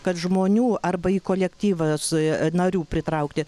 kad žmonių arba į kolektyvus narių pritraukti